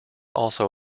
also